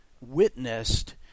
witnessed